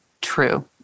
true